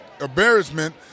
embarrassment